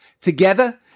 Together